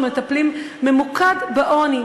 מטפלים ממוּקד בעוני,